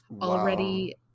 already